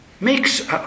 makes